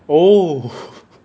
oh